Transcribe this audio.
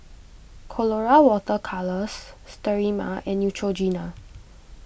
Colora Water Colours Sterimar and Neutrogena